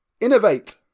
innovate